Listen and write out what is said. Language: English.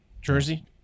Jersey